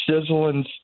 Sizzling